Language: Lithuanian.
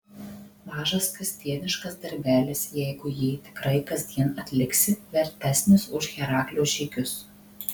mažas kasdieniškas darbelis jeigu jį tikrai kasdien atliksi vertesnis už heraklio žygius